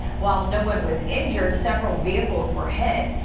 while no one was injured several vehicles were hit.